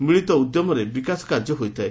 ମିଳିତ ଉଦ୍ୟମରେ ବିକାଶ କାର୍ଯ୍ୟ ହୋଇଥାଏ